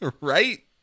Right